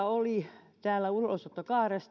oli ulosottokaaren